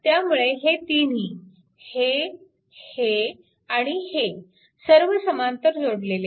त्यामुळे हे तिन्ही हे हे आणि हे सर्व समांतर जोडलेले आहेत